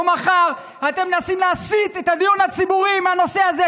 מחר ואתם מנסים להסיט את הדיון הציבור מהנושא הזה.